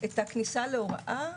את הכניסה להוראה